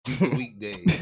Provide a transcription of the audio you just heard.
Weekday